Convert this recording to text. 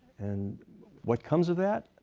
and what comes of that?